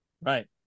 Right